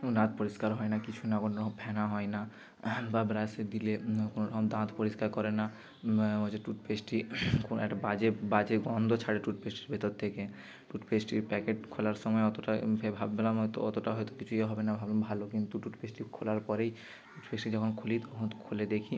এবং দাঁত পরিষ্কার হয় না কিছু না অন্য ফেনা হয় না বা ব্রাশে দিলে কোনো রকম দাঁত পরিষ্কার করে না ওই যে টুথপেস্টটি কোনো একটা বাজে বাজে গন্ধ ছাড়ে টুথপেস্টটির ভিতর থেকে টুথপেস্টটির প্যাকেট খোলার সময় অতটা কেউ ভাববে না হয়তো অতটা হয়তো কিছুই হবে না ভাবলাম ভালো কিন্তু টুথপেস্টটি খোলার পরেই টুথপেস্টটি যখন খুলি তখন তো খুলে দেখি